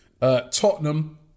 Tottenham